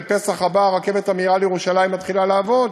בפסח הבא הרכבת המהירה לירושלים מתחילה לעבוד,